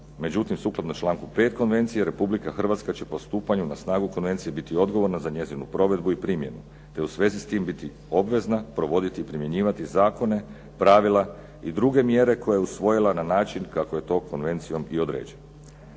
Međutim, sukladno članku 5. konvencije Republika Hrvatska će po stupanju na snagu konvencije biti odgovorna za njezinu provedbu i primjenu te u svezi s tim biti obvezna, provoditi i primjenjivati zakone, pravila i druge mjere koje je usvojila na način kako je to konvencijom i određeno.